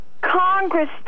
congress